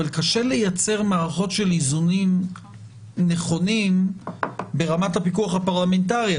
אבל קשה לייצר מערכות של איזונים נכונים ברמת הפיקוח הפרלמנטרי,